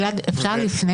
אם אפשר לפני